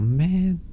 man